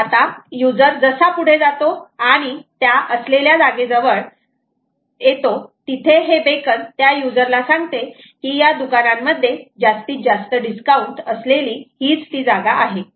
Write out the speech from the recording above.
आता युजर जसा पुढे जातो आणि त्या असलेल्या जागेजवळ येतो तिथे हे बेकन त्या युजर ला सांगते की या दुकानांमध्ये जास्तीत जास्त डिस्काउंट असलेली हीच ती जागा आहे